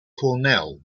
cornell